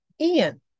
Ian